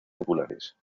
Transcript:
populares